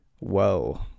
whoa